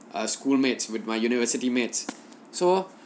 uh schoolmates with my university mates so